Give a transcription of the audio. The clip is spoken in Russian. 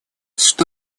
что